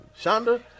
Shonda